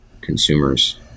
consumers